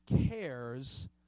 cares